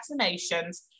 vaccinations